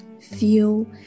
feel